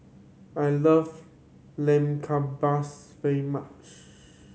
I love Lamb Kebabs very much